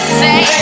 say